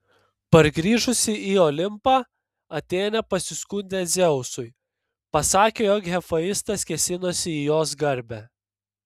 pargrįžusi į olimpą atėnė pasiskundė dzeusui pasakė jog hefaistas kėsinosi į jos garbę